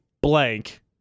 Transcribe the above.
blank